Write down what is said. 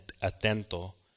atento